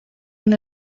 und